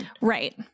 Right